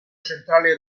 centrale